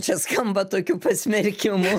čia skamba tokiu pasmerkimu